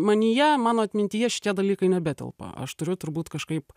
manyje mano atmintyje šitie dalykai nebetelpa aš turiu turbūt kažkaip